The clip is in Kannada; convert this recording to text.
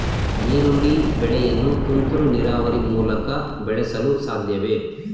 ಈರುಳ್ಳಿ ಬೆಳೆಯನ್ನು ತುಂತುರು ನೀರಾವರಿ ಮೂಲಕ ಬೆಳೆಸಲು ಸಾಧ್ಯವೇ?